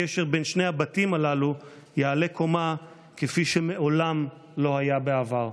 הקשר בין שני הבתים הללו יעלה קומה כפי שמעולם לא היה בעבר.